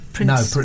No